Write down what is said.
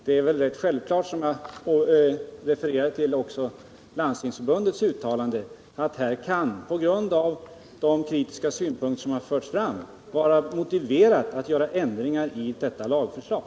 Det är väl ganska självklart — jag har här bl.a. refererat till Landstingsförbundets uttalande — att man med tanke på de kritiska synpunkter som har förts fram kan finna det motiverat att göra ändringar i detta lagförslag.